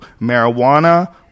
marijuana